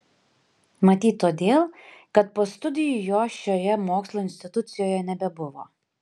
matyt todėl kad po studijų jo šioje mokslo institucijoje nebebuvo